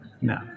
No